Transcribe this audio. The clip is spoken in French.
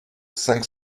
cinq